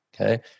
Okay